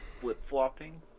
flip-flopping